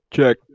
Check